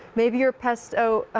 maybe your pesto,